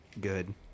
good